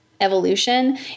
evolution